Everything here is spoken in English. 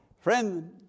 Friend